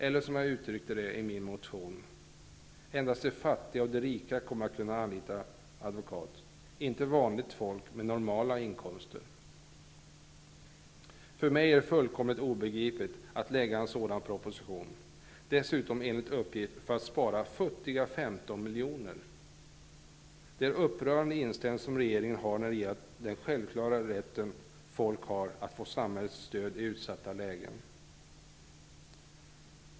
Eller, som jag uttryckte det i min motion: Endast de fattiga och de rika kommer att kunna anlita advokat, inte vanligt folk med normala inkomster. För mig är det fullkomligt obegripligt att man lägger fram en sådan proposition. Enligt uppgift gör regeringen det dessutom för att spara futtiga 15 milj.kr. Det är en upprörande inställning som regeringen har när det gäller den självklara rätt som folk har att få samhällets stöd i utsatta lägen.